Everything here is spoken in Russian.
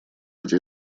где